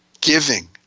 giving